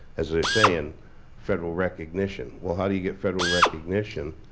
as they saying federal recognition. well, how do you get federal recognition?